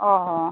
ᱦᱮᱸ ᱦᱮᱸ